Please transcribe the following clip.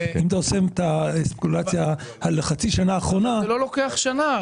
אם אתה עושה את האסקולציה לחצי השנה האחרונה --- זה לא לוקח שנה.